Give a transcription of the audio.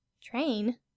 Train